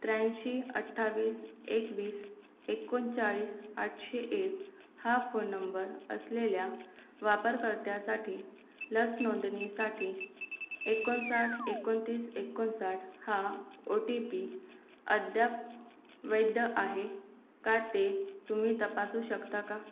त्र्याऐंशी अठ्ठावीस एकवीस एकोणचाळीस आठशे एक हा फोन नंबर असलेल्या वापरकर्त्यासाठी लस नोंदणीसाठी एकोणसाठ एकोणतीस एकोणसाठ हा ओ टी पी अद्याप वैध आहे का ते तुम्ही तपासू शकता का